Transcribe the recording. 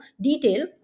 detail